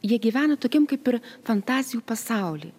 jie gyvena tokiam kaip ir fantazijų pasauly